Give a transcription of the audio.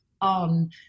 on